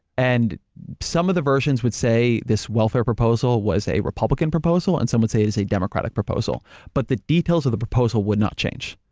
and some of the versions would say this welfare proposal was a republican proposal and some would say it's a democratic proposal but the details of the proposal would not change.